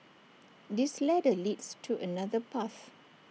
this ladder leads to another path